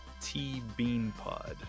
tbeanpod